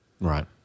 Right